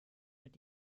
mit